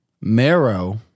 marrow